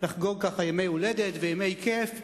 לחגוג כך ימי הולדת וימי כיף,